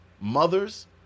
mothers